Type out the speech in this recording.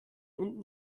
unten